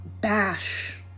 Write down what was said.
bash